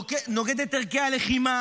נוגד את ערכי הלחימה.